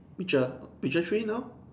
Witcher ah Witcher three now